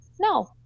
No